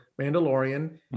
Mandalorian